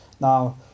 Now